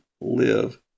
live